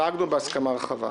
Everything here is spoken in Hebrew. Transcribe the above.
נהגנו בהסכמה רחבה.